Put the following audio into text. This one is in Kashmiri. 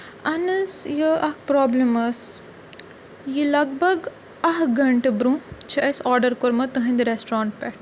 اہن حظ یہِ اَکھ پرٛابلِم ٲس یہِ لَگ بَگ اَکھ گَنٹہٕ برونٛہہ چھِ اَسہِ آرڈَر کوٚرمُت تُہٕنٛدِ رٮ۪سٹورَنٛٹ پٮ۪ٹھ